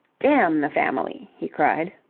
damn the family! he cried.